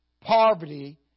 Poverty